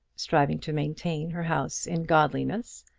striving to maintain her house in godliness,